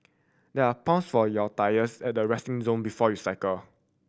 there are pumps for your tyres at the resting zone before you cycle